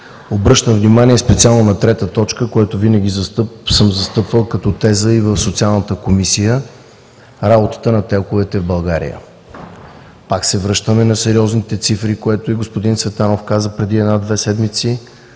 Обръщам внимание специално на трета точка, което винаги съм застъпвал като теза и в Социалната комисия – работата на ТЕЛК-овете в България. Пак се връщаме на сериозните цифри, които и господин Цветанов каза преди една-две седмици –